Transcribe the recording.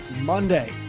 Monday